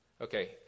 okay